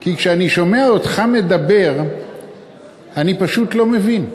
כי כשאני שומע אותך מדבר אני פשוט לא מבין.